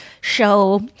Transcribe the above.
show